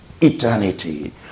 eternity